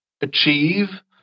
achieve